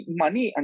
money